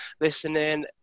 listening